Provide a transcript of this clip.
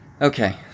Okay